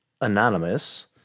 Anonymous